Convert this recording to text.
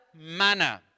manner